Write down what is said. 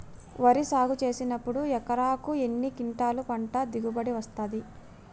వరి సాగు చేసినప్పుడు ఎకరాకు ఎన్ని క్వింటాలు పంట దిగుబడి వస్తది?